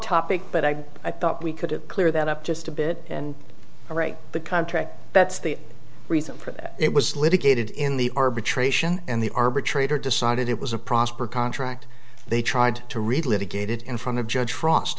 topic but i guess i thought we couldn't clear that up just a bit and write the contract that's the reason for that it was litigated in the arbitration and the arbitrator decided it was a prosper contract they tried to read litigated in front of judge frost